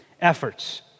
efforts